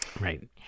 right